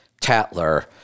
tattler